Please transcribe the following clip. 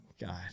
God